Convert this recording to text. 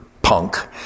Punk